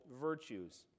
virtues